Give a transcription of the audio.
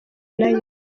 nayo